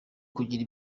kugira